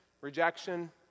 Rejection